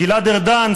גלעד ארדן,